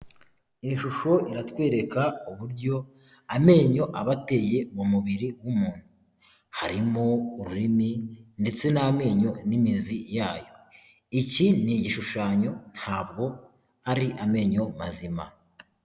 Iyi shusho iratwereka uburyo amenyo aba ateye mu mubiri w'umuntu harimo ururimi ndetse n'amenyo n'imizi yayo, iki ni igishushanyo ntabwo ari amenyo mazima.